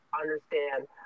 understand